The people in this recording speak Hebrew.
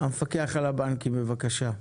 המפקח על הבנקים, בבקשה.